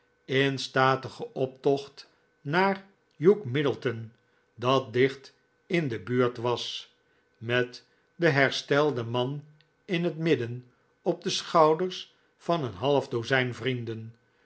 in statigen optocht naar hugh middleton dat dicht in de buurt was met den herstelden man in het midden op de schouders van een half dozijn vrienden